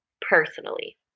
personally